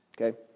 Okay